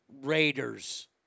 Raiders